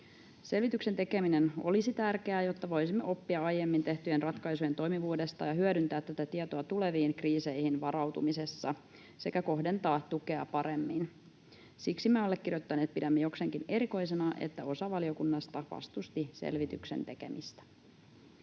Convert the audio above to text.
Selvityksen tekeminen olisi tärkeää, jotta voisimme oppia aiemmin tehtyjen ratkaisujen toimivuudesta ja hyödyntää tätä tietoa tuleviin kriiseihin varautumisessa sekä kohdentaa tukea paremmin. Siksi me allekirjoittaneet pidämme jokseenkin erikoisena, että osa valiokunnasta vastusti selvityksen tekemistä.